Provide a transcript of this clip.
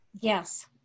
Yes